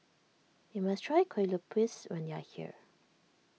you must try Kue Lupis when you are here